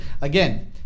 again